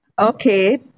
Okay